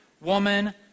woman